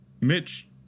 Mitch